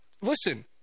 listen